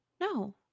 No